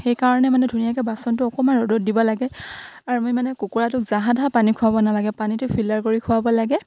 সেইকাৰণে মানে ধুনীয়াকে বাচনটো অকমান ৰ'দত দিব লাগে আৰু আমি মানে কুকুৰাটোক জাহা তাহা পানী খুৱাব নালাগে পানীটো ফিল্টাৰ কৰি খুৱাব লাগে